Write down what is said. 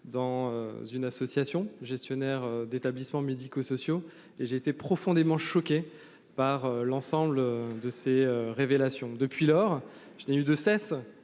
dans une association gestionnaires d'établissements médico-sociaux et j'ai été profondément choqué par l'ensemble de ces révélations. Depuis lors, je n'ai eu de cesse